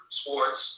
sports